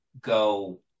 go